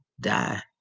Die